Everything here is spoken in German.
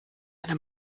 eine